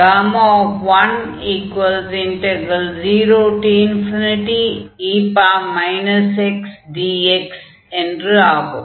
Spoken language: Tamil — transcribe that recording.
அதனால் 10e xdx என்று ஆகும்